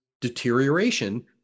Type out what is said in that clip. deterioration